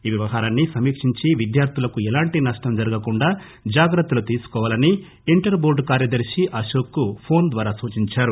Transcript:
ఈ వ్యవహారాన్ని సమీక్షించి విద్యార్థులకు ఎలాంటి నష్టం జరగకుండా జాగ్రత్తలు తీసుకోవాలని ఇంటర్ బోర్డు కార్యదర్శి అశోక్ కు ఫోన్ ద్వారా సూచించారు